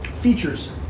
features